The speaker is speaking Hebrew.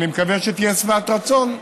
אני מקווה שתהיה שבעת רצון.